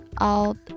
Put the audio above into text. out